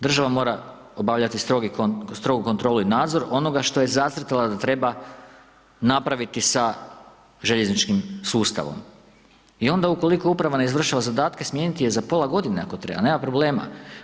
Država mora obavljati strogi kontrolni nadzor onoga što je zacrtala da treba napraviti sa željezničkim sustavom i onda ukoliko uprava ne izvršava svoje zadatke, smijeniti je za pola godine, ako treba, nema problema.